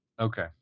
Okay